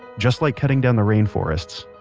just like cutting down the rain forests,